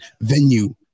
venue